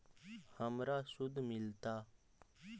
हमरा शुद्ध मिलता?